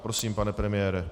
Prosím, pane premiére.